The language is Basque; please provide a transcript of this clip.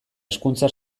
hezkuntza